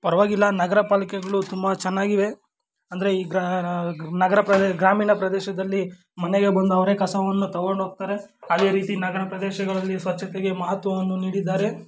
ಪರವಾಗಿಲ್ಲ ನಗರ ಪಾಲಿಕೆಗಳು ತುಂಬ ಚೆನ್ನಾಗಿವೆ ಅಂದರೆ ಈಗ ನಗರ ಪ್ರದೇಶ ಗ್ರಾಮೀಣ ಪ್ರದೇಶದಲ್ಲಿ ಮನೆಗೇ ಬಂದು ಅವರೇ ಕಸವನ್ನು ತೊಗೊಂಡು ಹೋಗ್ತಾರೆ ಅದೇ ರೀತಿ ನಗರ ಪ್ರದೇಶಗಳಲ್ಲಿ ಸ್ವಚ್ಛತೆಗೆ ಮಹತ್ವವನ್ನು ನೀಡಿದ್ದಾರೆ